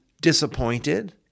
disappointed